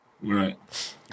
Right